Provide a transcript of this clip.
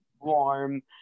Warm